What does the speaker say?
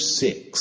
six